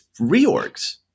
reorgs